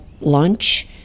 lunch